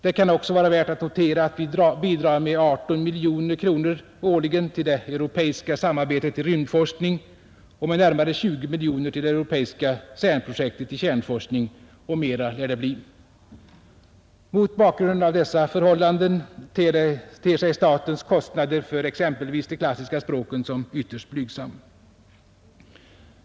Det kan också vara värt att notera att vi bidrar med 18 miljoner kronor årligen till det europeiska samarbetet beträffande rymdforskning och med närmare 20 miljoner kronor årligen till det europeiska Cernprojektet i kärnforskning — och mera lär det bli. Mot bakgrunden av dessa förhållanden ter sig statens kostnader för exempelvis de klassiska språken som ytterst blygsamma.